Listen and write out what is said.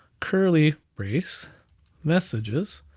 curly brace messages,